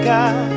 God